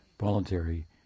voluntary